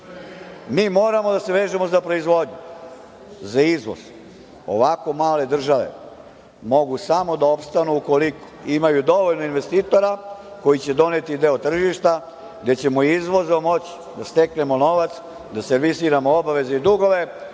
Mi moramo da se vežemo za proizvodnju, za izvoz. Ovako male države mogu samo da opstanu ukoliko imaju dovoljno investitora koji će doneti deo tržišta, gde ćemo izvozom moći da steknemo novac, da servisiramo obaveze i dugove,